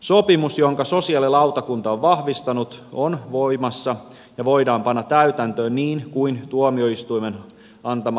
sopimus jonka sosiaalilautakunta on vahvistanut on voimassa ja voidaan panna täytäntöön niin kuin tuomioistuimen antama lainvoimainen päätös